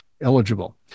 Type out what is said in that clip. eligible